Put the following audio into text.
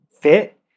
fit